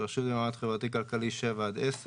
רשות במעמד חברתי כלכלי 7-10,